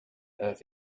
earth